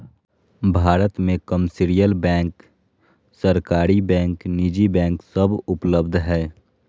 भारत मे commercial bank, सरकारी bank, निजी बैंक सब उपलब्ध हय